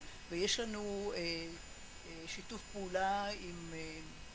ויש לנו שיתוף פעולה עם